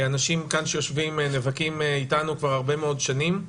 אנשים שיושבים כאן נאבקים איתנו כבר הרבה מאוד שנים.